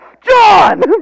John